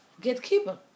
gatekeeper